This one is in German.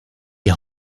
die